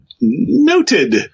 noted